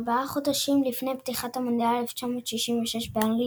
ארבעה חודשים לפני פתיחת מונדיאל 1966 באנגליה,